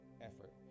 effort